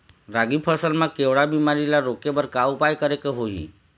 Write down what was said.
रागी फसल मा केवड़ा बीमारी ला रोके बर का उपाय करेक होही?